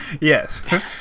yes